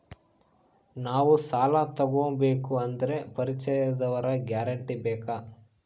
ನಾವು ಸಾಲ ತೋಗಬೇಕು ಅಂದರೆ ಪರಿಚಯದವರ ಗ್ಯಾರಂಟಿ ಬೇಕಾ?